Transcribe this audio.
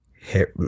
hit